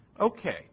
okay